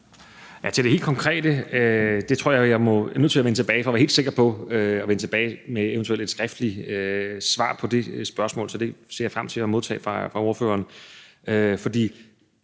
til det helt konkrete tror jeg at jeg er nødt til at vende tilbage – for at være helt sikker på det – eventuelt med et skriftligt svar, til det spørgsmål. Så det spørgsmål ser jeg frem til at modtage fra spørgeren. For